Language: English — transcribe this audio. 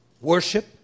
Worship